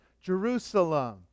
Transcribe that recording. jerusalem